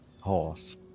horse